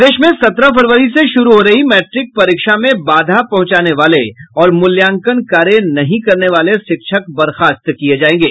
प्रदेश में सत्रह फरवरी से शुरू हो रही मैट्रिक परीक्षा में बाधा पहुंचाने वाले और मूल्यांकन कार्य नहीं करने वाले शिक्षक बर्खास्त किये जायेंगे